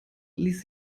ließ